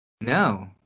No